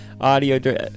audio